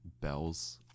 Bells